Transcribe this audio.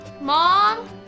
Mom